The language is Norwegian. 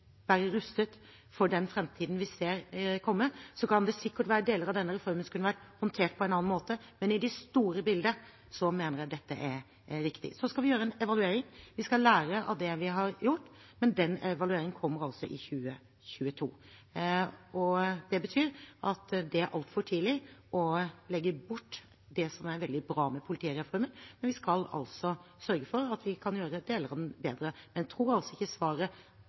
rustet for den framtiden vi ser komme. Det er sikkert deler av denne reformen som kunne vært håndtert på en annen måte, men i det store bildet mener jeg dette er riktig. Så skal vi gjøre en evaluering – vi skal lære av det vi har gjort. Men den evalueringen kommer altså i 2022. Det betyr at det er altfor tidlig å legge bort det som er veldig bra med politireformen, men vi skal sørge for at vi kan gjøre deler av den bedre. Men jeg tror altså ikke svaret